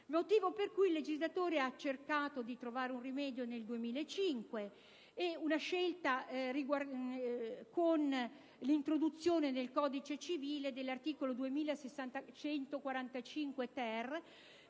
motivo il legislatore ha cercato di trovare un rimedio nel 2005, con l'introduzione nel codice civile dell'articolo 2645-*ter*,